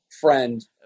friend